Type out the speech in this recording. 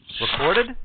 Recorded